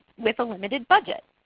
with a limited budget.